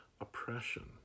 oppression